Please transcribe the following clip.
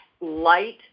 light